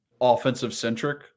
offensive-centric